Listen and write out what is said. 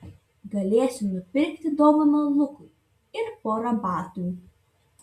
galėsiu nupirkti dovaną lukui ir porą batų